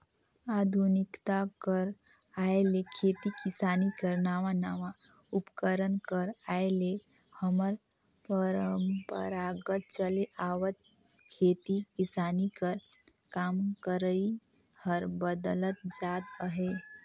आधुनिकता कर आए ले खेती किसानी कर नावा नावा उपकरन कर आए ले हमर परपरागत चले आवत खेती किसानी कर काम करई हर बदलत जात अहे